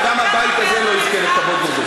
וגם הבית הזה לא יזכה בכבוד מזה.